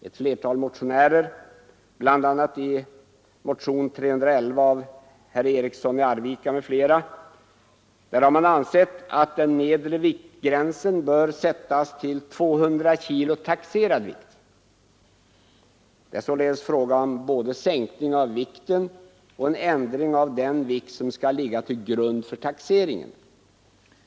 Ett flertal motionärer, bl.a. i motionen 311 av herr Eriksson i Transportstöd för Arvika m.,fl., ansåg att den nedre viktgränsen borde sättas till 200 kg Norrland m.m. taxerad vikt. Det är således fråga om både en sänkning av vikten och en ändring av den vikt som skall ligga till grund för taxeringen.